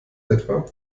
etwa